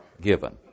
given